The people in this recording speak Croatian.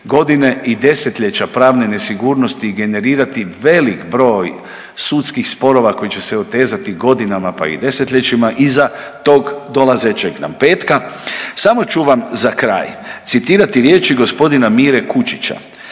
godine i desetljeća pravne nesigurnosti i generirati velik broj sudskih sporova koji će se otezati godinama pa i desetljećima iza tog dolazećeg nam petka. Samo ću vam za kraj citirati riječi gospodina Mire Kučića